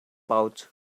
pouch